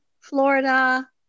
Florida